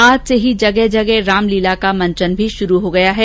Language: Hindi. आज से ही जगह जगह रामलीला का मंचन भी शुरू हो जायेगा